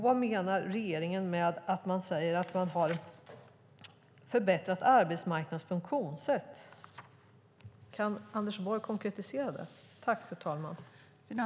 Vad menar regeringen med att man har förbättrat arbetsmarknadens funktionssätt? Kan Anders Borg konkretisera?